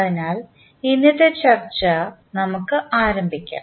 അതിനാൽ ഇന്നത്തെ ചർച്ച നമുക്ക് ആരംഭിക്കാം